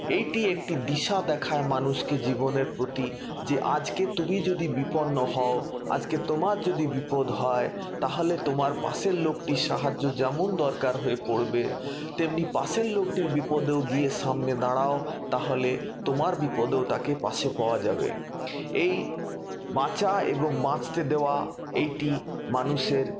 এটি একটি দিশা দেখায় মানুষকে জীবনের প্রতি যে আজকে তুমি যদি বিপন্ন হও আজকে তোমার যদি বিপদ হয় তাহলে তোমার পাশের লোকটির সাহায্য যেমন দরকার হয়ে পড়বে তেমনি পাশের লোকটির বিপদেও গিয়েও সামনে দাড়াও তাহলে তোমার বিপদেও তাকে পাশে পাওয়া যাবে এই বাঁচা এবং বাঁচতে দেওয়া এটি মানুষের